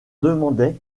demandai